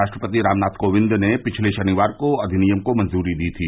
राष्ट्रपति रामनाथ कोविंद ने पिछले शनिवार को अधिनियम को मंजूरी दी थी